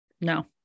no